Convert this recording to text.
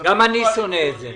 -- גם אני שונא את זה.